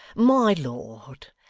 my lord,